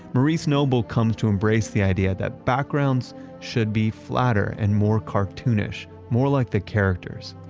maurice noble comes to embrace the idea that backgrounds should be flatter and more cartoonish. more like the characters.